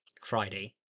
Friday